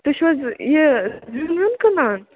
تُہۍ چھِو حظ یہِ زیُن ویُن کٕنان